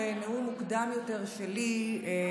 בנאום מוקדם יותר שלי,